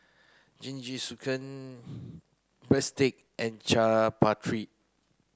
Jingisukan Breadstick and Chaat Papri